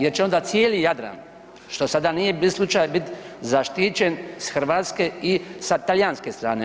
Jer će onda cijeli Jadran što sada nije slučaj biti zaštićen sa hrvatske i sa talijanske strane.